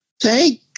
Thank